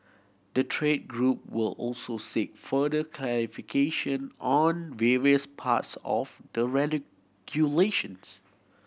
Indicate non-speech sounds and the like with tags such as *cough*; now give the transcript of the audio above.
the trade group will also seek further clarification on various parts of the *unintelligible*